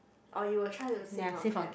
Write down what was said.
or you will try to save on cab